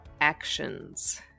actions